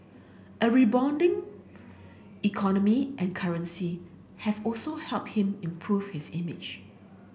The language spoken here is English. a rebounding economy and currency have also helped him improve his image